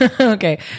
Okay